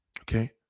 Okay